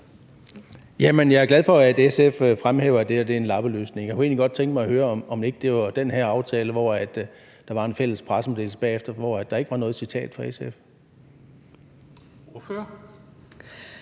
Jeg er glad for, at SF fremhæver, at det her er en lappeløsning. Jeg kunne egentlig godt tænke mig at høre, om ikke det var ved den her aftale, at der var en fælles pressemeddelelse bagefter, hvor der ikke var noget citat fra SF?